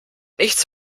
nichts